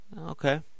Okay